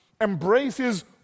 embraces